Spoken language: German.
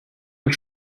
nur